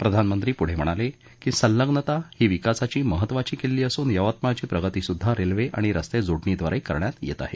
प्रधानमंत्री पुढे म्हणाले की संलग्नता ही विकासाची महत्त्वाची किल्ली असून यवतमाळची प्रगती सुद्धा रेल्वे आणि रस्ते जोडणीद्वारे करण्यात येत आहे